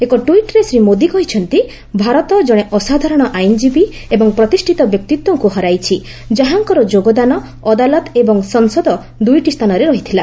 ଏକ ଟ୍ୱିଟ୍ରେ ଶ୍ରୀ ମୋଦି କହିଛନ୍ତି ଭାରତ ଜଣେ ଅସାଧାରଣ ଆଇନଜୀବୀ ଏବଂ ପ୍ରତିଷ୍ଠିତ ବ୍ୟକ୍ତିତ୍ୱଙ୍କୁ ହରାଇଛି ଯାହାଙ୍କର ଯୋଗଦାନ ଅଦାଲତ ଏବଂ ସଂସଦ ଦୁଇଟି ସ୍ଥାନରେ ରହିଥିଲା